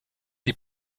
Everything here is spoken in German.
die